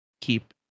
keep